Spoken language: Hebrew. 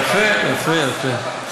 יפה, יפה, יפה.